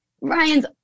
Ryan's